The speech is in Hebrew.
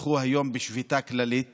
פתחו היום בשביתה כללית